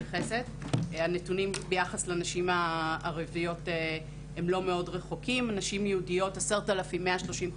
נתונים ביחס לנשים ערביות הם לא מאוד רחוקים: נשים יהודיות 1,135